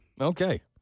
Okay